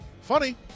Funny